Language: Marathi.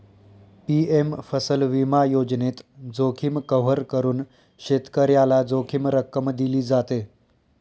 पी.एम फसल विमा योजनेत, जोखीम कव्हर करून शेतकऱ्याला जोखीम रक्कम दिली जाते